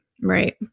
Right